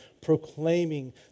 proclaiming